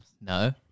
No